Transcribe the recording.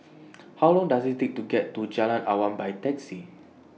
How Long Does IT Take to get to Jalan Awan By Taxi